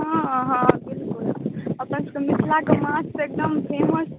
हँ हँ बिलकुल अपन सबके मिथिलाके माछ तऽ एकदम फेमस